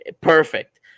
perfect